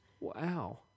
Wow